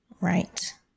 Right